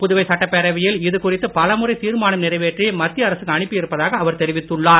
புதுவை சட்டப்பேரவையில் இதுகுறித்து பலமுறை தீர்மானம் நிறைவேற்றி மத்திய அரசுக்கு அனுப்பி இருப்பதாக அவர் தெரிவித்துள்ளார்